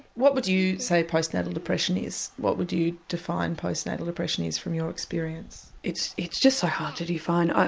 what would you say postnatal depression is, what would you define postnatal depression as from your experience? it's it's just so hard to define. ah